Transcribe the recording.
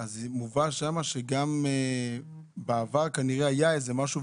מובא שם שגם בעבר כנראה היה איזה משהו,